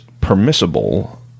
permissible